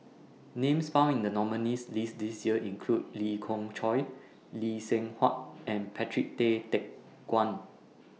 Names found in The nominees' list This Year include Lee Khoon Choy Lee Seng Huat and Patrick Tay Teck Guan